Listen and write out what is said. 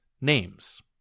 names